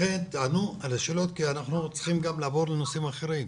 לכן תענו על השאלות כי אנחנו צריכים גם לעבור לנושאים אחרים.